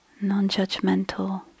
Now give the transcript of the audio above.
non-judgmental